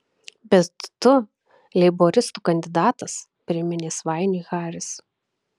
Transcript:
bet tu leiboristų kandidatas priminė svainiui haris